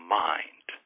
mind